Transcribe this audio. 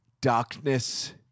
darkness